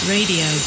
Radio